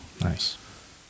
Nice